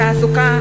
התעסוקה,